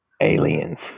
aliens